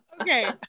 okay